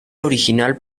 original